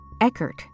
Eckert